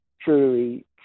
truly